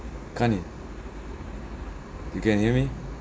can't eh you can hear me